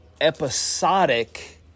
episodic